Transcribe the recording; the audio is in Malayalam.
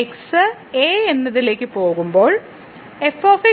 X a എന്നതിലേക്ക് പോകുമ്പോൾ f